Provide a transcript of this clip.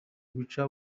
guca